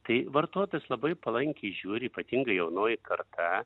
tai vartotojas labai palankiai žiūri ypatingai jaunoji karta